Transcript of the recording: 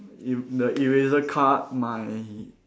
if the eraser card my